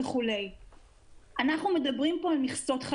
הם מדברים על סקוור